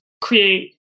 create